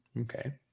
Okay